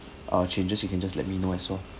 ah changes you can just let me know as well